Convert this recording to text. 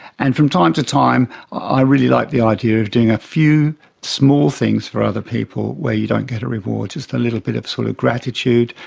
and from time to time i really like the idea of doing a few small things for other people where you don't get a reward. just a little bit of sort of gratitude,